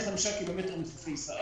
45 ק"מ מחופי ישראל.